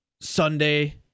Sunday